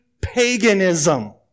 paganism